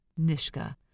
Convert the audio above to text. Nishka